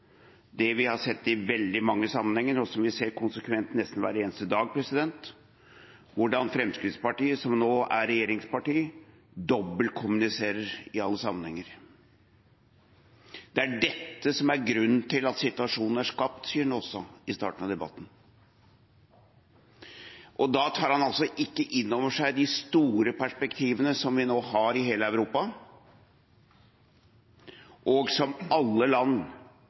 det vi har sett i veldig mange sammenhenger, og som vi ser konsekvent nesten hver eneste dag – hvordan Fremskrittspartiet, som nå er regjeringsparti, dobbeltkommuniserer i alle sammenhenger. Det er dette som er grunnen til at situasjonen er skapt, sier Njåstad i starten av debatten. Da tar han altså ikke inn over seg de store perspektivene som vi nå har i hele Europa, og som alle land